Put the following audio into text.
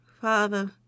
Father